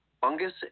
Fungus